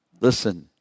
listen